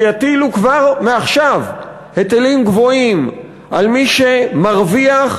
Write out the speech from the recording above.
שיטילו כבר מעכשיו היטלים גבוהים על מי שמרוויח,